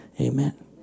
amen